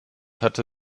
hatte